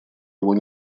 его